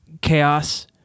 Chaos